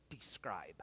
describe